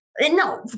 no